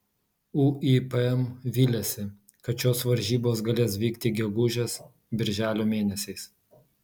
uipm viliasi kad šios varžybos galės vykti gegužės birželio mėnesiais